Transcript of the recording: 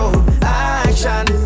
Action